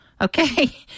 okay